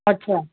अछा